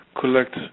collect